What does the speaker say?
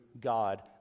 God